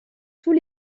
tous